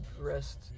rest